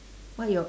what your